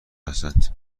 هستند